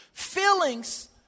Feelings